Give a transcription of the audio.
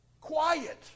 quiet